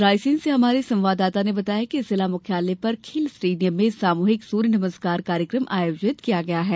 रायसेन से हमारे संवाददाता ने बताया है कि जिला मुख्यालय पर खेल स्टेडियम में सामूहिक सूर्य नमस्कार कार्यक्रम आयोजित किया गया है